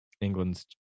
England's